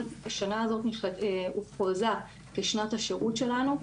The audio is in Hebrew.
השנה הזו הוכרזה כשנת השירות שלנו,